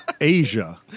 Asia